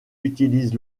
utilise